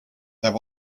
there